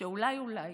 שאולי אולי